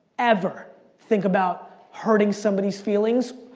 ever think about hurting somebody's feelings,